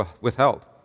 withheld